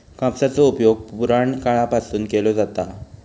कापसाचो उपयोग पुराणकाळापासून केलो जाता हा